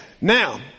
Now